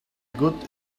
good